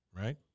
right